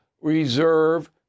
reserve